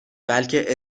بلکه